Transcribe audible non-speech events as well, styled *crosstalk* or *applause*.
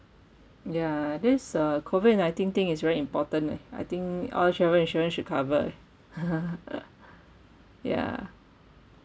ya this uh COVID nineteen thing is very important leh I think all travel insurance should cover leh *laughs* ya